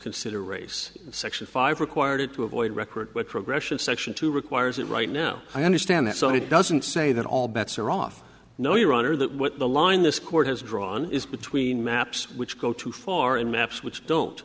consider race section five required to avoid record but progression section two requires it right now i understand that so it doesn't say that all bets are off no your honor that what the line this court has drawn is between maps which go too far and maps which don't